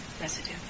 residue